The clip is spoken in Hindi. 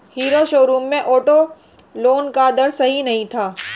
हीरो शोरूम में ऑटो लोन का दर सही नहीं था